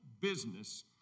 business